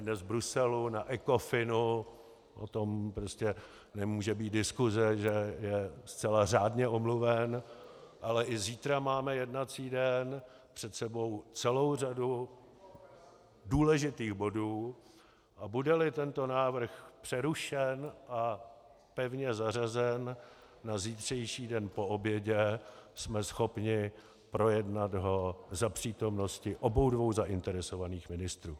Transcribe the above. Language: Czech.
On je dnes v Bruselu na Ecofinu, o tom prostě nemůže být diskuse, že je zcela řádně omluven, ale i zítra máme jednací den, před sebou celou řadu důležitých bodů, a budeli tento návrh přerušen a pevně zařazen na zítřejší den po obědě, jsme ho schopni projednat za přítomnosti obou zainteresovaných ministrů.